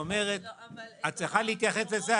את צריכה להתייחס לזה.